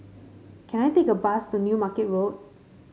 can I take a bus to New Market Road